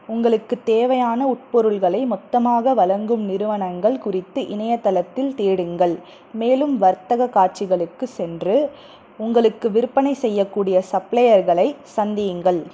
உங்களுக்குத் தேவையான உட்பொருள்களை மொத்தமாக வழங்கும் நிறுவனங்கள் குறித்து இணையத்தளத்தில் தேடுங்கள் மேலும் வர்த்தகக் காட்சிகளுக்குச் சென்று உங்களுக்கு விற்பனை செய்யக்கூடிய சப்ளையர்களைச் சந்தியுங்கள்